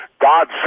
God